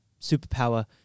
superpower